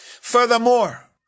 Furthermore